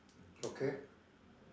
okay